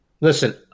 Listen